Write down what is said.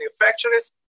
manufacturers